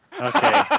okay